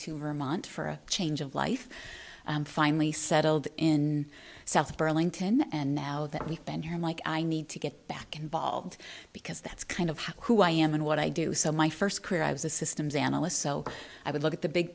to vermont for a change of life and finally settled in south burlington and now that we've been here like i need to get back involved because that's kind of who i am and what i do so my first career i was a systems analyst so i would look at the big